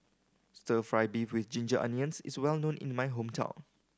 Stir Fry beef with ginger onions is well known in my hometown